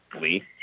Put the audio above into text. Lee